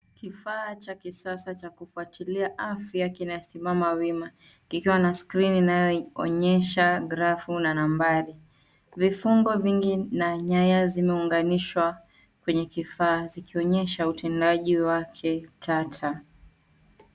Kifaa cha kisasa cha kufuatilia afya kinasimama wima, kikiwa na skrini inayoonyesha grafu na nambari. Vifungo vingi na nyaya zimeunganishwa kwenye kifaa zikionyesha utendaji wake tata.